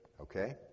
Okay